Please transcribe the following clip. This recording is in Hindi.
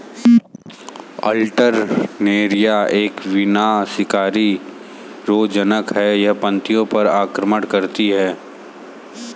अल्टरनेरिया एक विनाशकारी रोगज़नक़ है, यह पत्तियों पर आक्रमण करती है